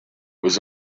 was